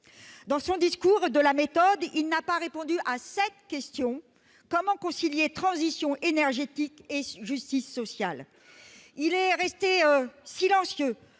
Dans son discours de la méthode, il n'a pas répondu à cette question : comment concilier transition énergétique et justice sociale ? Il est resté silencieux